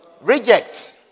rejects